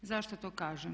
Zašto to kažem?